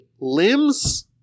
limbs